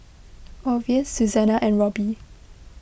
Orvis Susannah and Robby